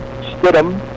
Stidham